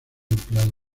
empleado